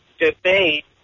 debate